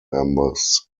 members